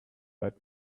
that